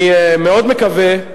אני מאוד מקווה,